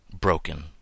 broken